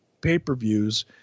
pay-per-views